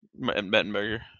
Mettenberger